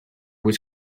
was